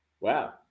Wow